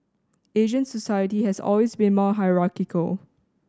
Asian society has always been more hierarchical